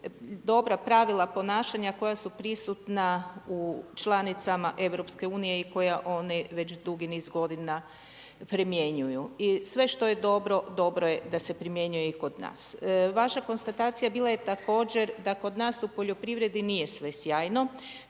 dobra pravila ponašanja koja su prisutna u člancima Europske unije i koja one već dugi niz godina primjenjuju. I sve što je dobro, dobro je da se primjenjuje i kod nas. Vaša konstatacija bila je također da kod nas u poljoprivredi nije sve sjajno.